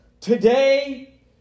Today